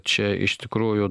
čia iš tikrųjų